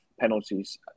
penalties